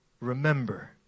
remember